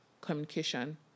communication